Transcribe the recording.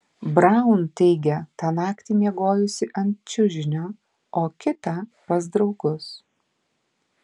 braun teigia tą naktį miegojusi ant čiužinio o kitą pas draugus